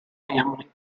family